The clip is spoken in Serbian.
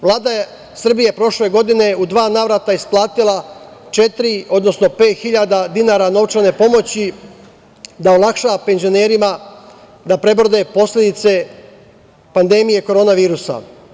Vlada Srbije je prošle godine u dva navrata isplatila četiri odnosno pet hiljada dinara novčane pomoći da olakša penzionerima da prebrode posledice pandemije korona virusa.